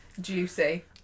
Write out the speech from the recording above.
Juicy